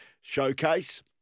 showcase